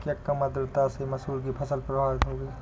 क्या कम आर्द्रता से मसूर की फसल प्रभावित होगी?